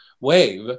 wave